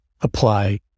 apply